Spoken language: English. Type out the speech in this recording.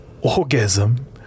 orgasm